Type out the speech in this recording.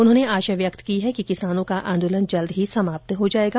उन्होंने आशा व्यक्त की है कि किसानों का आंदोलन जल्द ही समाप्त हो जाएगा